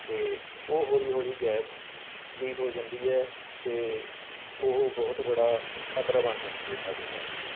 ਅਤੇ ਉਹ ਹੌਲੀ ਹੌਲੀ ਗੈਸ ਲੀਕ ਹੋ ਜਾਂਦੀ ਹੈ ਅਤੇ ਉਹ ਬਹੁਤ ਬੜਾ ਖਤਰਾ ਬਣ ਜਾਂਦੀ ਹੈ ਸਾਡੇ ਵਾਸਤੇ